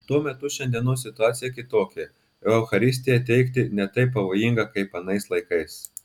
tuo metu šiandienos situacija kitokia o eucharistiją teikti ne taip pavojinga kaip anais laikais